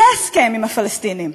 יהיה הסכם עם הפלסטינים.